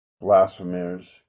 blasphemers